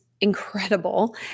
incredible